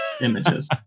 images